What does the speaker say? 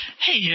Hey